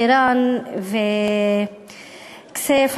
חירן וכסיף,